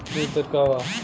बीज दर का वा?